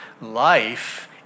Life